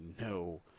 no